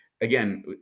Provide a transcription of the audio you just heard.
again